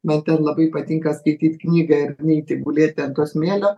man ten labai patinka skaityt knygą ir neiti gulėti ant to smėlio